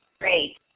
great